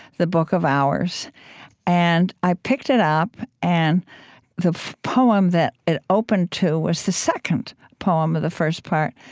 the book of hours and i picked it up, and the poem that it opened to was the second poem of the first part,